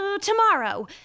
tomorrow